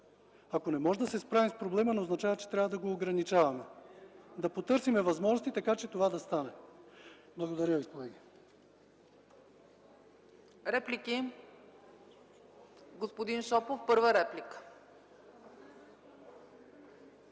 Ако не можем да се справим с проблема, не значи, че трябва да го ограничаваме. Нека потърсим възможности така, че това да стане. Благодаря Ви, колеги.